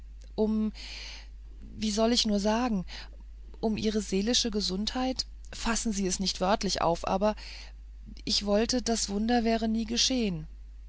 wie soll ich nur sagen um ihre seelische gesundheit fassen sie es nicht wörtlich auf aber ich wollte das wunder wäre nie geschehen